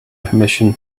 permission